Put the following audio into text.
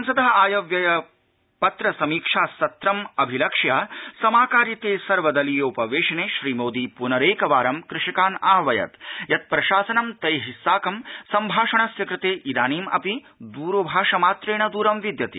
संसदः आयव्ययपत्रकीय समीक्षा सत्रम् अभिलक्ष्य समाकारिते सर्व दलीये उपवेशने श्रीमोदी पुनरेकवारं कृषकान् आह्वयत् यत् प्रशासनं तैः साकं संभाषणस्य कृते इदानीम् अपि दूरभाष मात्रेण दूरं विद्यते